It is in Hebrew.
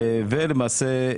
למעשה,